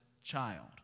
child